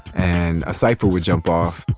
and a cipher would jump off.